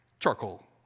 Charcoal